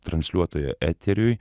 transliuotojo eteriui